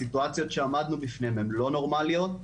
הסיטואציות שעמדנו בפניהן הן לא נורמליות.